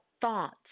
thoughts